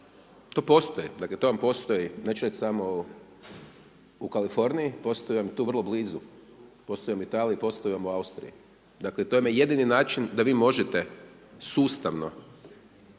To postoji. Dakle, to vam postoji neću reći samo u Kaliforniji, postoji vam tu vrlo blizu. Postoji vam u Italiji, postoji vam u Austriji. Dakle, to vam je jedini način da vi možete sustavno,